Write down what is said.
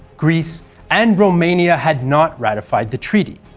greece and romania had not ratified the treaty.